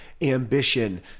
ambition